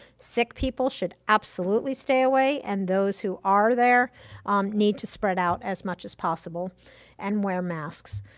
sick people should absolutely stay away. and those who are there need to spread out as much as possible and wear masks.